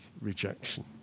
rejection